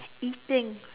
eating